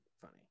funny